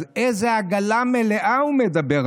אז על איזו עגלה מלאה הוא מדבר,